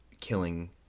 killing